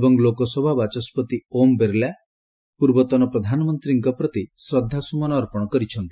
ଏବଂ ଲୋକସେବା ବାଚସ୍କତି ଓମ୍ ବିର୍ଲା ପୂର୍ବତନ ପ୍ରଧାନମନ୍ତ୍ରୀଙ୍କ ପ୍ରତି ଶ୍ରଦ୍ଧାସୁମନ ଅର୍ପଣ କରିଛନ୍ତି